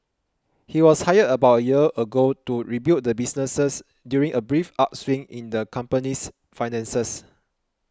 he was hired about a year ago to rebuild the businesses during a brief upswing in the company's finances